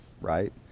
right